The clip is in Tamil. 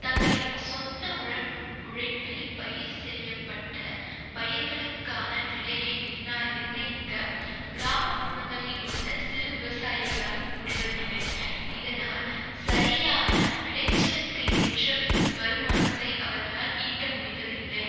தங்களின் சொந்த உழப் உழைப்பில் பயிர் செய்யப்பட்ட பயிர்களுக்கான விலையை நிர்ணா நிர்ணயிக்க கிராமபுறங்களில் உள்ள சிறு விவசாயிகளால் முடிவதில்லை இதனால் சரியான விளைச்சலுக்கு ஏற்ற வருமானத்தை அவர்களால் ஈட்ட முடிவதில்லை